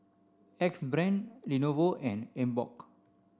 Axe Brand Lenovo and Emborg